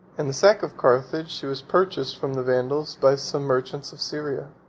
in the sack of carthage, she was purchased from the vandals by some merchants of syria,